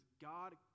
God